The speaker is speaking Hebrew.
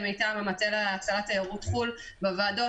המטה להצלת תיירות חו"ל בוועדות,